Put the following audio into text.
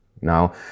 Now